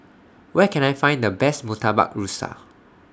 Where Can I Find The Best Murtabak Rusa